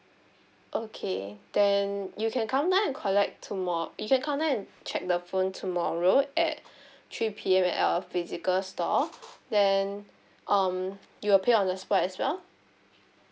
okay then you can come down and collect tomo~ you can come down and check the phone tomorrow at three P_M at our physical store then um you'll pay on the spot as well